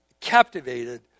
captivated